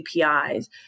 APIs